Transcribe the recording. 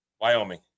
Wyoming